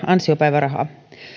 ansiopäivärahaa